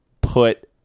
put